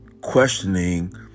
questioning